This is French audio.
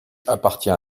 appartient